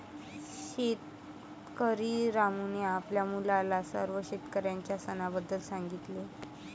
शेतकरी रामूने आपल्या मुलाला सर्व शेतकऱ्यांच्या सणाबद्दल सांगितले